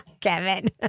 Kevin